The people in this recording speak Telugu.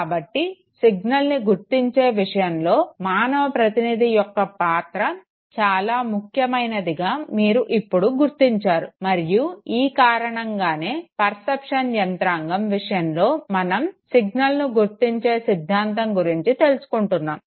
కాబట్టి సిగ్నల్ని గుర్తించే విషయంలో మానవ ప్రతినిధి యొక్క పాత్ర చాలా ముఖ్యమైనదిగా మీరు ఇప్పుడు గుర్తించారు మరియు ఈ కారణంగానే పర్సెప్షన్ యంత్రాంగం విషయంలో మనం సిగ్నల్ను గుర్తించే సిద్ధాంతం గురించి తెలుసుకుంటున్నాము